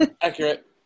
Accurate